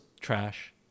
trash